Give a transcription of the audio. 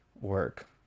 work